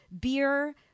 beer